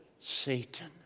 Satan